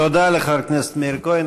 תודה רבה לחבר הכנסת מאיר כהן.